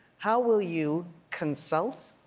how will you consult,